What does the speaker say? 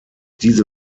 diese